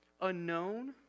unknown